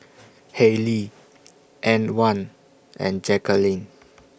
Haylie Antwan and Jaqueline